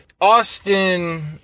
Austin